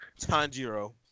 Tanjiro